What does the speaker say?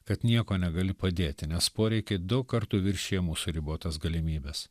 kad nieko negali padėti nes poreikiai daug kartų viršija mūsų ribotas galimybes